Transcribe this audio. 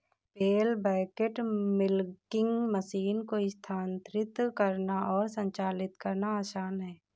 पेल bucket milking machine को स्थानांतरित करना और संचालित करना आसान है